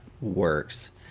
works